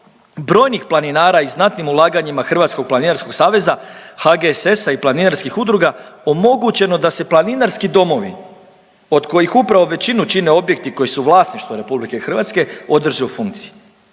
brojnih planinara i znatnim ulaganjima Hrvatskog planinarskog saveza, HGSS-a i planinarskih udruga omogućeno da se planinarski domovi od kojih upravo većinu čine objekti koji su u vlasništvu RH održe u funkciji.